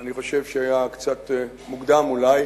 אני חושב שהיה קצת מוקדם אולי